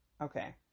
Okay